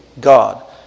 God